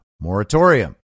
moratorium